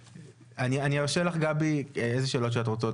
אני ארשה לך לשאול איזה שאלות שאת רוצה,